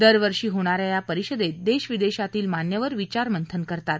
दरवर्षी होणाऱ्या या परिषदेत देश विदेशातील मान्यवर विचारमंथन करतात